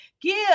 give